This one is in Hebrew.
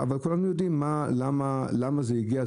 אבל כולנו יודעים למה זה הגיע.